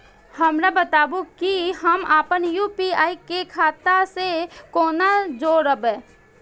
हमरा बताबु की हम आपन यू.पी.आई के खाता से कोना जोरबै?